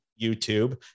YouTube